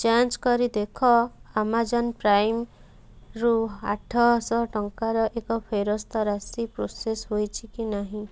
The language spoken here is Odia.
ଯାଞ୍ଚକରି ଦେଖ ଆମାଜନ୍ ପ୍ରାଇମ୍ରୁ ଆଠଶହ ଟଙ୍କାର ଏକ ଫେରସ୍ତ ରାଶି ପ୍ରୋସେସ୍ ହୋଇଛି କି ନାହିଁ